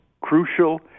crucial